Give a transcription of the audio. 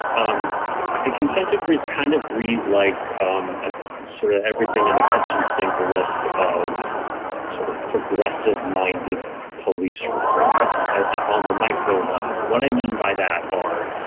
um the consent decrees kind of read like um a sort of everything and a kitchen sink list of sort of progressive minded police reforms on the micro level. and what i mean by that, ah,